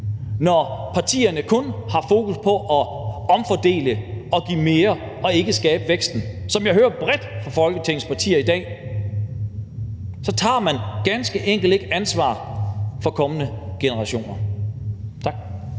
når partierne kun har fokus på at omfordele og give mere og ikke vil skabe væksten, som jeg hører det bredt fra Folketingets partier i dag; så tager man ganske enkelt ikke ansvar for kommende generationer. Tak.